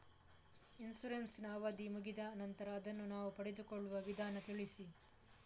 Insurance ನ ಅವಧಿ ಮುಗಿದ ನಂತರ ಅದನ್ನು ನಾವು ಪಡೆದುಕೊಳ್ಳುವ ವಿಧಾನ ತಿಳಿಸಿ?